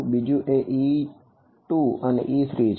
બીજું એ e2 અને e3 છે